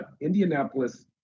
Indianapolis